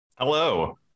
hello